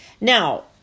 Now